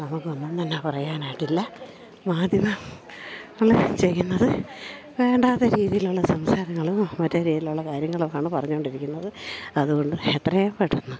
നമുക്കൊന്നും തന്നെ പറയാനായിട്ടില്ല മാധ്യമങ്ങൾ ചെയ്യുന്നത് വേണ്ടാത്ത രീതിയിലുള്ള സംസാരങ്ങളും മറ്റ് രീതിയിലുള്ള കാര്യങ്ങളൊക്കാണ് പറഞ്ഞു കൊണ്ടിരിക്കുന്നത് അതുകൊണ്ട് എത്രയും പെട്ടന്ന്